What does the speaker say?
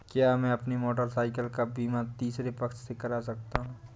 क्या मैं अपनी मोटरसाइकिल का बीमा तीसरे पक्ष से करा सकता हूँ?